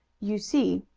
you see,